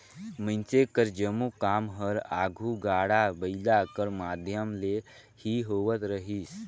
मइनसे कर जम्मो काम हर आघु गाड़ा बइला कर माध्यम ले ही होवत रहिस